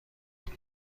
کنم